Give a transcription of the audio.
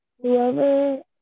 Whoever